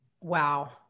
Wow